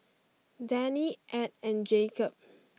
Dannie Edd and Jacob